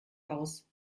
aus